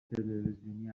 تلویزیونی